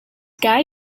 guy